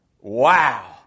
Wow